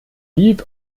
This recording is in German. lieb